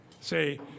say